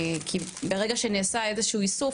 כי ברגע שנעשה איזשהו איסוף,